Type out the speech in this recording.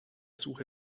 suche